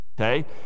okay